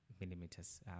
millimeters